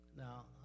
Now